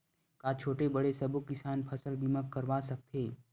का छोटे बड़े सबो किसान फसल बीमा करवा सकथे?